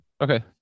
Okay